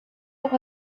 auch